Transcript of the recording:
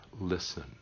listen